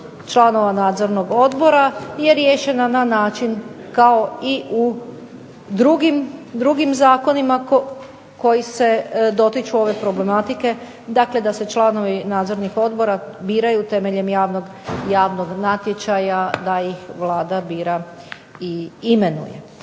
članova nadzornog odbora je riješena na način kao i u drugim zakonima koji se dotiču ove problematike, dakle da se članovi nadzornih odbora biraju temeljem javnog natječaja, da ih Vlada bira i imenuje.